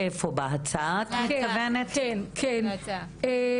אני רק מציפה פה את המורכבות האדירה של אכיפה.